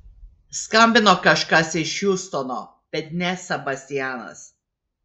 skambino kažkas iš hjustono bet ne sebastianas